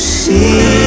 see